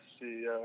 see